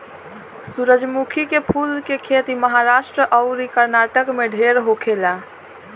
सूरजमुखी के फूल के खेती महाराष्ट्र अउरी कर्नाटक में ढेर होखेला